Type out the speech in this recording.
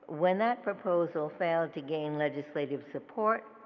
when that proposal failed to gain legislative support